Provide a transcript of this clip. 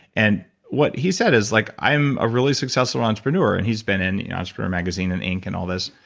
and what he said is like, i'm a really successful entrepreneur. and he's been in entrepreneur magazine and inc and all this.